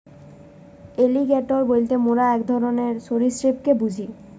alligator বলতে মোরা এক ধরণকার সরীসৃপকে বুঝি